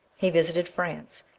he visited france,